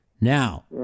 Now